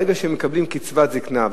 ברגע שהם מקבלים קצבת זיקנה,